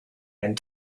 and